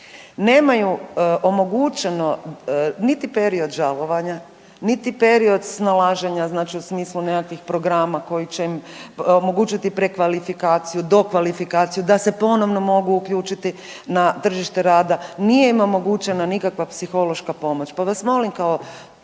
nemaju omogućeno niti period žalovanja, niti period snalaženja znači u smislu nekakvih programa koji će omogućiti prekvalifikaciju, dokvalifikaciju, da se ponovno mogu uključiti na tržište rada, nije im omogućena nikakva psihološka pomoć,